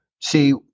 See